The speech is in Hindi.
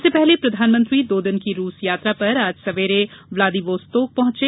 इससे पहले प्रधानमंत्री दो दिन की रूस यात्रा पर आज सवेरे व्लादिवोस्तोक पहचे